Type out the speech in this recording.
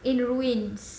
in ruins